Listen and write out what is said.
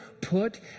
put